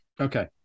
Okay